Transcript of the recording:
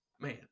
Man